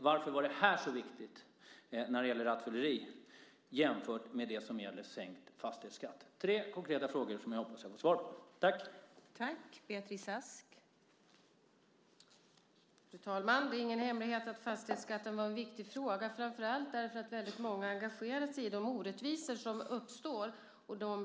Varför var detta så viktigt när det gällde rattfylleri men inte när det gäller sänkt fastighetsskatt? Det är tre konkreta frågor som jag hoppas att jag får svar på.